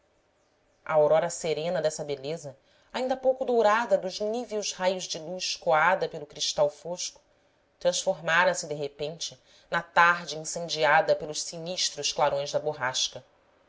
a aurora serena dessa beleza ainda há pouco dourada dos níveos raios de luz coada pelo cristal fosco transformara-se de repente na tarde incendiada pelos sinistros clarões da borrasca